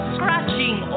Scratching